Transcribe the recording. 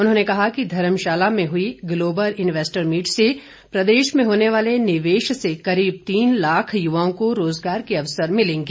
उन्होंने कहा कि धर्मशाला में हुई ग्लोबल इन्वेस्टर मीट से प्रदेश में होने वाले निवेश से करीब तीन लाख युवाओं को रोजगार के अवसर मिलेंगे